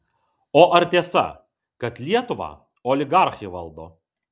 o ar tiesa kad lietuvą oligarchai valdo